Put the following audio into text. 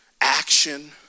action